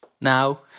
now